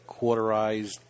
quarterized